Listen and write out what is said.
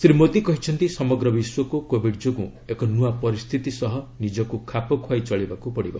ଶ୍ରୀ ମୋଦି କହିଛନ୍ତି ସମଗ୍ର ବିଶ୍ୱକୁ କୋଭିଡ ଯୋଗୁଁ ଏକ ନୂଆ ପରିସ୍ଥିତି ସହ ନିଜକୁ ଖାପଖୁଆଇ ଚଳିବାକୁ ପଡିବ